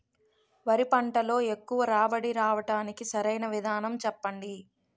వరి పంటలో ఎక్కువ రాబడి రావటానికి సరైన విధానం చెప్పండి?